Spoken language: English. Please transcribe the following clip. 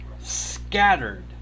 scattered